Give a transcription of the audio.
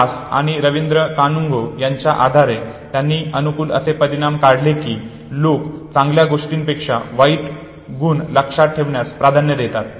दास आणि रवींद्र कानुंगो यांच्या आधारे त्यांनी असे अनुमान काढले की लोक चांगल्या गोष्टींपेक्षा वाईट गुण लक्षात ठेवण्यास प्राधान्य देतात